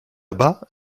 bas